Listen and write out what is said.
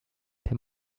per